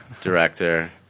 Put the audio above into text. director